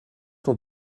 t’en